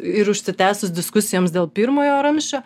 ir užsitęsus diskusijoms dėl pirmojo ramsčio